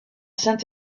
saint